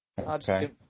Okay